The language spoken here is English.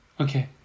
okay